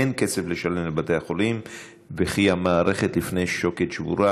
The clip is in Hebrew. אין כסף לשלם לבתי החולים ושהמערכת בפני שוקת שבורה,